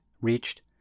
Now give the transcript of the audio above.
reached